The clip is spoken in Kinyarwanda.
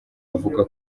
avuga